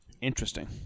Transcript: Interesting